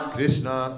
Krishna